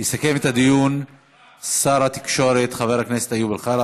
יסכם את הדיון שר התקשורת חבר הכנסת איוב קרא,